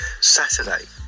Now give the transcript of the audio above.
saturday